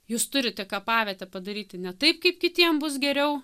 jūs turite kapavietę padaryti ne taip kaip kitiem bus geriau